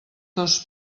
dos